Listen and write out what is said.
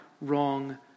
wrong